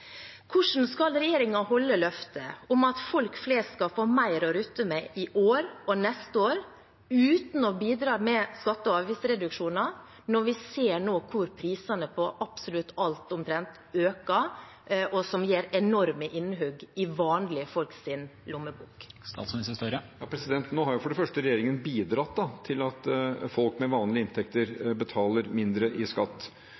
Hvordan skal regjeringen holde løftet om at folk flest skal få mer å rutte med i år og neste år, uten å bidra med skatte- og avgiftsreduksjoner, når vi nå ser hvordan prisene på omtrent absolutt alt øker, noe som gjør enorme innhugg i vanlige folks lommebok? Nå har jo for det første regjeringen bidratt til at folk med vanlige inntekter betaler mindre i skatt.